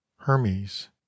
Hermes